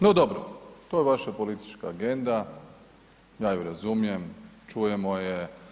No dobro, to je vaša politička agenda, ja ju razumijem, čujemo je.